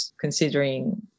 considering